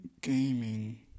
gaming